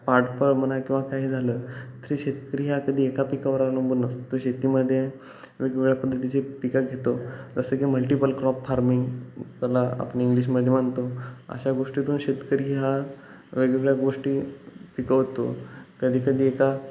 पाठबळ म्हणा किंवा काही झालं तरी शेतकरी हा कधी एका पिकावर अवलंबून नसतो तो शेतीमध्ये वेगवेगळ्या पद्धतीची पिकं घेतो जसं की मल्टिपल क्रॉप फार्मिंग त्याला आपण इंग्लिशमध्ये म्हणतो अशा गोष्टीतून शेतकरी हा वेगवेगळ्या गोष्टी पिकवतो कधी कधी एका